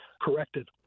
corrected